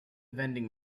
vending